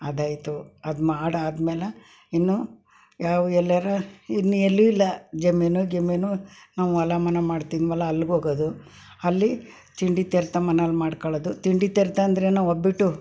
ಅದಾಯಿತು ಅದು ಮಾಡಾದ್ಮೇಲೆ ಇನ್ನೂ ನಾವು ಎಲ್ಲಾರ ಇನ್ನು ಎಲ್ಲೂ ಇಲ್ಲ ಜಮೀನು ಗಿಮೀನು ನಾವು ಹೊಲ ಮನೆ ಮಾಡ್ತಿದ್ವಲ್ಲ ಅಲ್ಗೆ ಹೋಗೋದು ಅಲ್ಲಿ ತಿಂಡಿ ತೀರ್ಥ ಮನೆಯಲ್ಲಿ ಮಾಡ್ಕೊಳ್ಳೋದು ತಿಂಡಿ ತೀರ್ಥ ಅಂದರೇನು ಒಬ್ಬಟ್ಟು